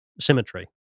symmetry